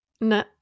No